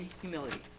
Humility